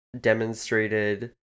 demonstrated